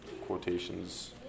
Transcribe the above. quotations